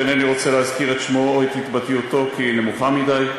שאינני רוצה להזכיר את שמו או את התבטאותו כי היא נמוכה מדי.